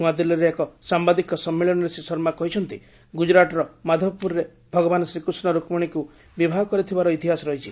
ନ୍ତଆଦିଲ୍ଲୀରେ ଏକ ସାମ୍ବାଦିକ ସମ୍ମିଳନୀରେ ଶ୍ରୀ ଶର୍ମା କହିଛନ୍ତି ଗୁକୁରାଟ୍ର ମାଧବପୁରରେ ଭଗବାନ୍ ଶ୍ରୀକୃଷ ରୁକ୍କିଣୀଙ୍କୁ ବିବାହ କରିଥିବାର ଇତିହାସ ରହିଛି